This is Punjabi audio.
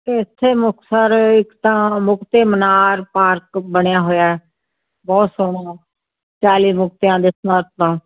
ਅਤੇ ਇੱਥੇ ਮੁਕਤਸਰ ਇੱਕ ਤਾਂ ਮੁਕਤੇ ਮਨਾਰ ਪਾਰਕ ਬਣਿਆ ਹੋਇਆ ਬਹੁਤ ਸੋਹਣਾ ਚਾਲੀ ਮੁਕਤਿਆਂ ਦੇ